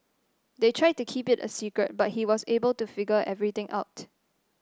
they tried to keep it a secret but he was able to figure everything out